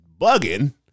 bugging